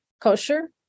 kosher